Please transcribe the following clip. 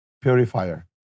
purifier